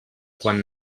quan